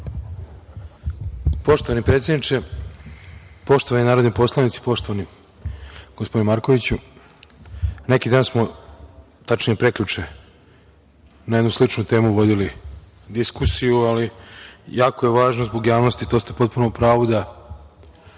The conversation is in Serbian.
**Branislav Nedimović** Poštovani narodni poslanici, poštovani gospodine Markoviću, neki dan smo, tačnije prekjuče na jednu sličnu temu vodili diskusiju, a jako je važno zbog javnosti, to ste potpuno u pravu, da